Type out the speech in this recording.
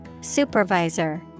Supervisor